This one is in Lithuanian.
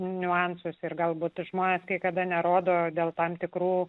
niuansus ir galbūt žmonės niekada nerodo dėl tam tikrų